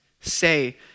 Say